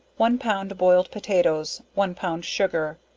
one pound boiled potatoes, one pound sugar,